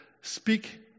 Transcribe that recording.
speak